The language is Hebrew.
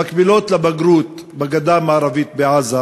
המקבילות לבגרות בגדה המ, בעזה.